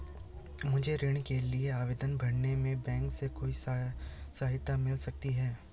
मुझे ऋण के लिए आवेदन भरने में बैंक से कोई सहायता मिल सकती है?